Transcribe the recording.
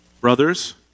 Brothers